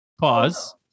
pause